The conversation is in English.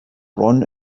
ron